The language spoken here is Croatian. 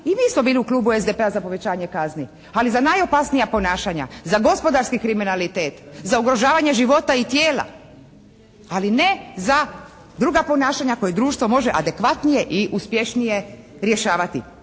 I mi smo bili u klubu SDP-a za povećanje kazni, ali za najopasnija ponašanja. Za gospodarski kriminalitet, za ugrožavanje života i tijela, ali ne za druga ponašanja koje društvo može adekvatnije i uspješnije rješavati.